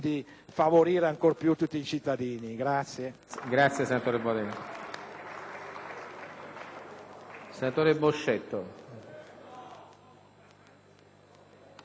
senatore Boscetto.